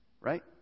right